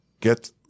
get